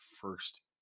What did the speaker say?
first